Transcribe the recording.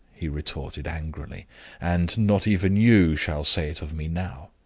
he retorted, angrily and not even you shall say it of me now.